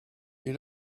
you